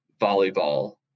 volleyball